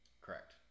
Correct